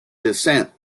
dissent